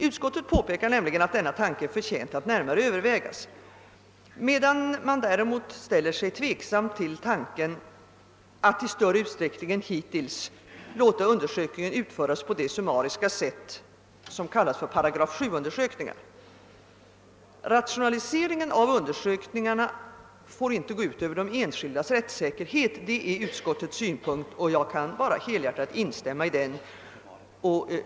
Utskottet påpekar att denna tanke är förtjänt att närmare övervägas, medan man däremot ställer sig tveksam till uppslaget att i större utsträckning än hittills låta undersökningen utföras på det summariska sätt som kallas för 8 7-undersökningar. Rationalisering av undersökningarna får inte gå ut över de enskildas rättssäkerhet, det är utskottets svnpunkt, och jag kan bara helhjärtat instämma i den.